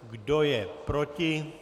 Kdo je proti?